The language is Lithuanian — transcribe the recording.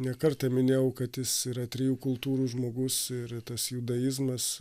ne kartą minėjau kad jis yra trijų kultūrų žmogus ir tas judaizmas